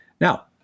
Now